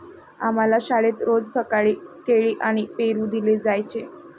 आम्हाला शाळेत रोज सकाळी केळी आणि पेरू दिले जायचे